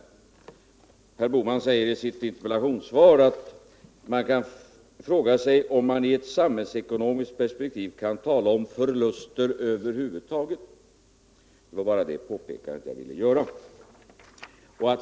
Herr Bohman säger i sitt interpellationssvar att man kan fråga sig om man i ett samhällsekonomiskt perspektiv kan tala om förluster över huvud taget. Det var bara det påpekandet jag ville göra.